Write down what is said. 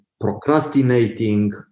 procrastinating